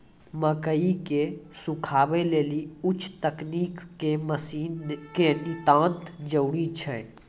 मकई के सुखावे लेली उच्च तकनीक के मसीन के नितांत जरूरी छैय?